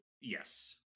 Yes